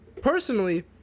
personally